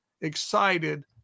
excited